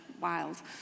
wild